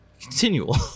continual